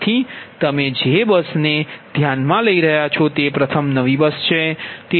તેથી તમે જે બસને ધ્યાનમાં લઈ રહ્યા છો તે પ્રથમ નવી બસ છે